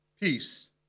peace